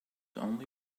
only